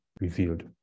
revealed